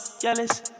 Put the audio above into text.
jealous